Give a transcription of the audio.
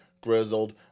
grizzled